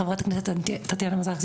חברת הכנסת טטיאנה מזרסקי,